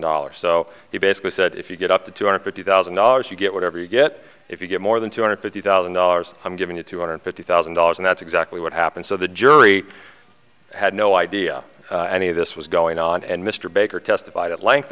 dollars so he basically said if you get up to two hundred fifty thousand dollars you get whatever you get if you get more than two hundred fifty thousand dollars i'm giving you two hundred fifty thousand dollars and that's exactly what happened so the jury had no idea any of this was going on and mr baker testif